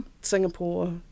Singapore